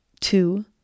two